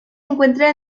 encuentra